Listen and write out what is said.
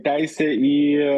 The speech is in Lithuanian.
teisė į